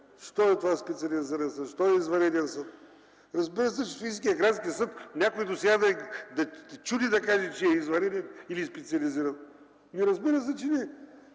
що е това специализиран съд, що е извънреден съд. Разбира се, че Софийският градски съд – някой досега да е чул да кажа, че е извънреден или е специализиран? Разбира се, че не е.